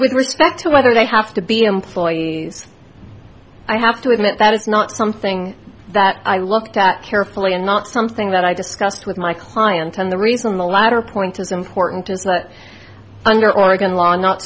with respect to whether they have to be employed i have to admit that is not something that i looked at carefully and not something that i discussed with my client and the reason the latter point is important is that under oregon law not